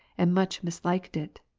and much misliked it.